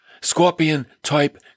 scorpion-type